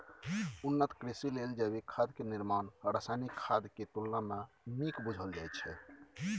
उन्नत कृषि लेल जैविक खाद के निर्माण रासायनिक खाद के तुलना में नीक बुझल जाइ छइ